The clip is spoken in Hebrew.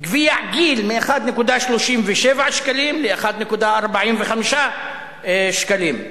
גביע "גיל" מ-1.37 שקלים ל-1.45 שקלים.